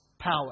power